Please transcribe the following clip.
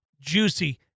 juicy